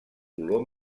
color